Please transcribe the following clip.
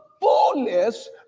fullness